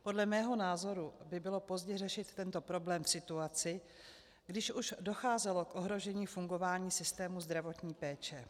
Podle mého názoru by bylo pozdě řešit tento problém v situaci, když už docházelo k ohrožení fungování systému zdravotní péče.